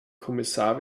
kommissar